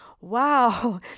Wow